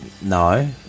No